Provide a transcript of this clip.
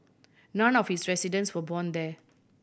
none of its residents were born there